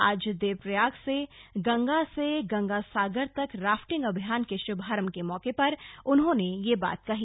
आज देवप्रयाग से गंगा से गंगा सागर तक राफ्टिंग अभियान के शुभारंभ के मौके पर उन्होंने यह बात कही